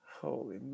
Holy